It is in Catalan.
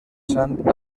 sant